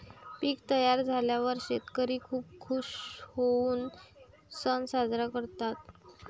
पीक तयार झाल्यावर शेतकरी खूप खूश होऊन सण साजरा करतात